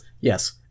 Yes